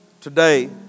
Today